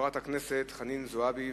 חברת הכנסת חנין זועבי.